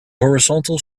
horizontal